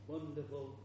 Wonderful